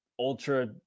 Ultra